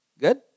Good